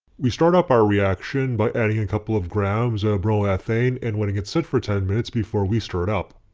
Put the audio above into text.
we start up our reaction by adding a couple of grams of bromoethane and letting it sit for ten minutes before we stir it up.